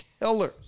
killers